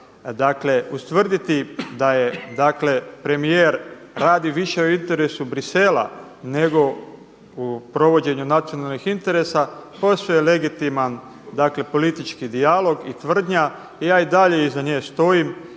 Dakle, ustvrditi da je, dakle premijer radi više u interesu Bruxellesa nego u provođenju nacionalnih interesa posve je legitiman, dakle politički dijalog i tvrdnja i ja i dalje iza nje stojim.